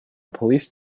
police